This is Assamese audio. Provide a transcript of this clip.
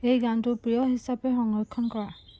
এই গানটো প্ৰিয় হিচাপে সংৰক্ষণ কৰা